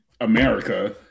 America